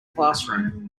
classroom